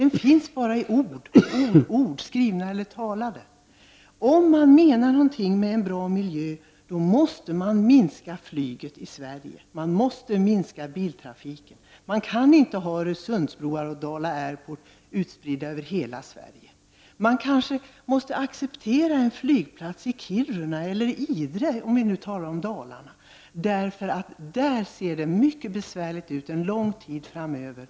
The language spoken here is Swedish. Den finns bara i ”ord, ord, ord”, skrivna eller talade. Om man menar någonting med en bra miljö, måste man minska flygtrafiken och biltrafiken i Sverige. Man kan inte ha Öresundsbroar och Dala Airportar utspridda över hela Sverige. Man kanske måste acceptera en flygplats i Kiruna, eller i Idre i Dalarna, för där ser det annars mycket besvärligt ut lång tid framöver.